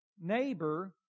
neighbor